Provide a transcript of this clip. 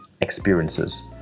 experiences